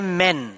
Amen